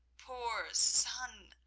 poor son!